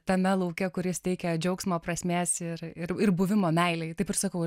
tame lauke kuris teikė džiaugsmo prasmės ir ir ir buvimo meilėj taip ir sakau